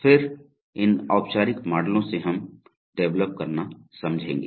फिर इन औपचारिक मॉडलों से हम डेवेलोप करना समझेंगे